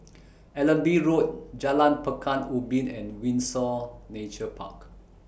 Allenby Road Jalan Pekan Ubin and Windsor Nature Park